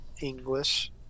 English